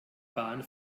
bahn